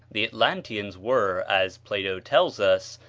the atlanteans were, as plato tells us,